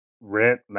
rent